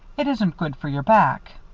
it isn't good for your back.